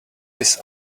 this